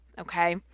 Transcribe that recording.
okay